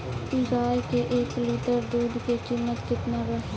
गाय के एक लीटर दुध के कीमत केतना बा?